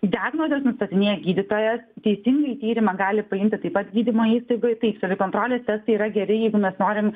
diagnozes nustatinėja gydytojas teisingai tyrimą gali paimti tai pat gydymo įstaigoj tai savikontrolės testai yra geri jeigu mes norim